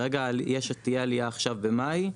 כרגע תהיה עלייה עכשיו במאי.